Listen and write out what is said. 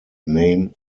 name